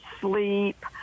sleep